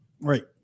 Right